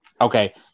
Okay